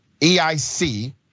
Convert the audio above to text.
EIC